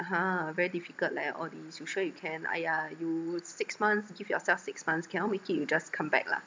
!huh! very difficult leh all these you sure you can !aiya! you six months give yourself six months cannot make it you just come back lah